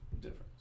difference